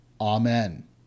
Amen